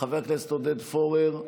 חבר הכנסת עודד פורר,